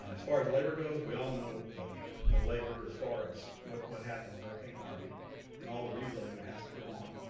far as labor goes, we all know the the labor as far as what what happened with hurricane harvey and all the rebuilding that has to go on,